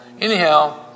anyhow